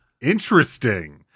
Interesting